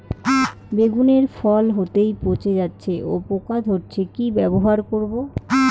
বেগুনের ফল হতেই পচে যাচ্ছে ও পোকা ধরছে কি ব্যবহার করব?